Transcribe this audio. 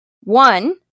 one